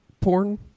porn